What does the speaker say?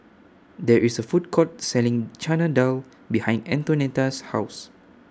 There IS A Food Court Selling Chana Dal behind Antonetta's House